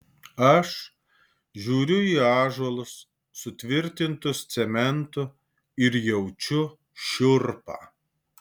aš žiūriu į ąžuolus sutvirtintus cementu ir jaučiu šiurpą